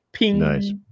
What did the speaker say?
Nice